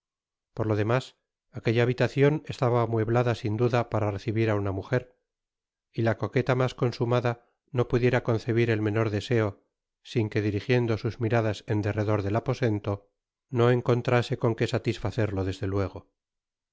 por lo demás aquella habitacion estaba amueblada sin duda para recibir á una mujer y la coqueta mas consumada no pudiera concebir el menor de eo sin que dirigiendo sus miradas en derredor del aposento no encontrase con que satisfacerlo desde luego